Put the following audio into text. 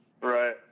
Right